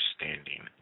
understanding